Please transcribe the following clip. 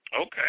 Okay